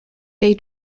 day